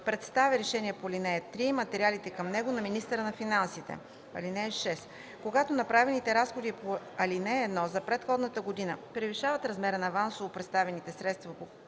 представя решението по ал. 3 и материалите към него на министъра на финансите. (6) Когато направените разходи по ал. 1 за предходната година превишават размера на авансово предоставените средства